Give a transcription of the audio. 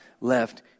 left